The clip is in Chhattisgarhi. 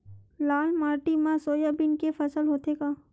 लाल माटी मा सोयाबीन के फसल होथे का?